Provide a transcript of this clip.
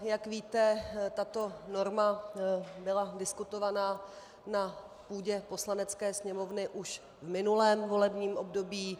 Jak víte, tato norma byla diskutovaná na půdě Poslanecké sněmovny už v minulém volebním období.